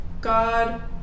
God